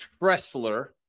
Tressler